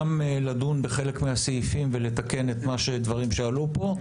לדון בחלק מהסעיפים ולתקן דברים שעלו פה,